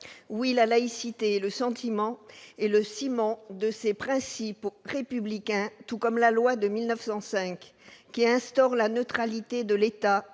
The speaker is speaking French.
Oui, la laïcité est le ciment de ces principes républicains, tout comme la loi de 1905, qui instaure la neutralité de l'État